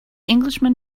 englishman